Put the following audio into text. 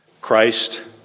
Christ